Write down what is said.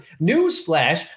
newsflash